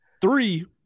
Three